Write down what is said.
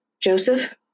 Joseph